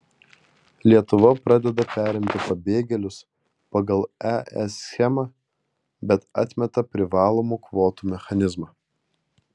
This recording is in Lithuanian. lietuva pradeda priimti pabėgėlius pagal es schemą bet atmeta privalomų kvotų mechanizmą